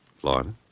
Florida